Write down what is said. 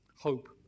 hope